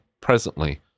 presently